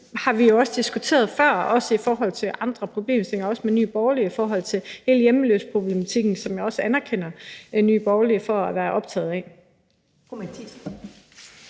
Det har vi også diskuteret før i forhold til andre problemstillinger, også med Nye Borgerlige, bl.a. i forhold til hele hjemløseproblematikken, som jeg også anerkender Nye Borgerlige for at være optaget af.